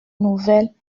nouvelles